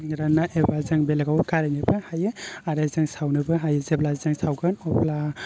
रानना एबा जों बेलेगआव गारैनोबो हायो आरो जों सावनोबो हायो जेब्ला जों सावगोन अब्ला